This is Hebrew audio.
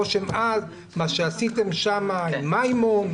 מה שעשיתם שם עם מימון,